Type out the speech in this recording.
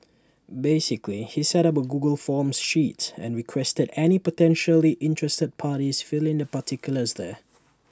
basically he set up A Google forms sheet and requested any potentially interested parties fill in their particulars there